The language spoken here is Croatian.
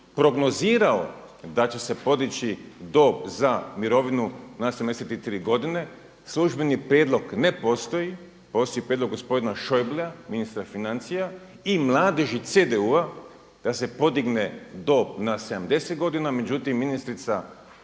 prognozirao da će se podići dob za mirovinu na 73 godine. Službeni prijedlog ne postoji osim prijedlog gospodina Šojblea ministra financija i mladeži CDU-a da se podigne dob na 70 godina. Međutim, ministrica, savezna